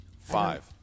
Five